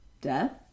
death